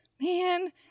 man